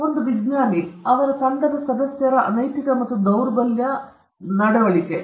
ಒಂದು ವಿಜ್ಞಾನಿ ಮತ್ತು ಅವರ ತಂಡದ ಸದಸ್ಯರ ಅನೈತಿಕ ಮತ್ತು ದೌರ್ಬಲ್ಯ ನಡವಳಿಕೆ